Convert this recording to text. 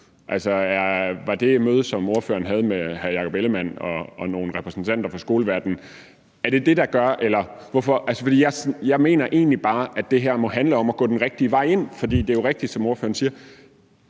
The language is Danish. Er det det møde, som ordføreren havde med hr. Jakob Ellemann-Jensen og nogle repræsentanter fra skoleverdenen, der gør, at hun mener det? Jeg mener egentlig bare, at det her må handle om at finde den rigtige vej ind i det, for det er jo rigtigt, som ordføreren siger,